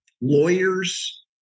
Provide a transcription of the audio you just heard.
lawyers